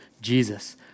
Jesus